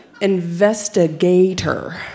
Investigator